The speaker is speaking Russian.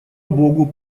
богу